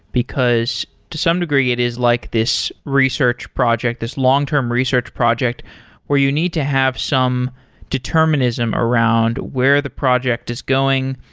because to some degree it is like this research project, this long-term research project where you need to have some determinism around where the project is going,